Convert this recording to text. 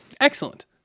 excellent